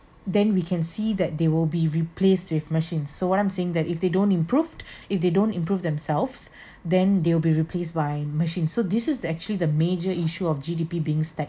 then we can see that they will be replaced with machines so what I'm saying is that if they don't improved if they don't improve themselves then they'll be replaced by machines so this is the actually the major issue of G_D_P being stagnant